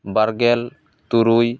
ᱵᱟᱨᱜᱮᱞ ᱛᱩᱨᱩᱭ